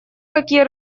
какие